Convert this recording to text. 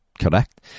Correct